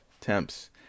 temps